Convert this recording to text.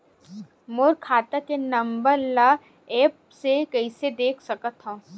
मोर खाता के नंबर ल एप्प से कइसे देख सकत हव?